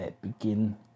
begin